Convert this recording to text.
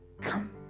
come